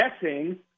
guessing